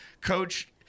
Coach